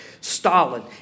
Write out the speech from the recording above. Stalin